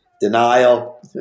Denial